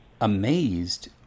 amazed